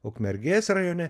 ukmergės rajone